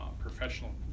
professional